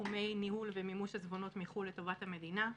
בתחומי ניהול ומימוש עיזבונות מחו"ל לטובת המדינה,